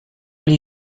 les